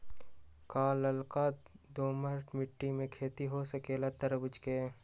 का लालका दोमर मिट्टी में खेती हो सकेला तरबूज के?